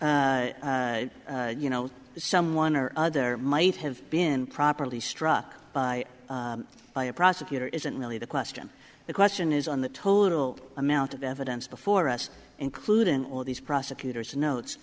you know someone or other might have been properly struck by by a prosecutor isn't really the question the question is on the total amount of evidence before us including all these prosecutors and notes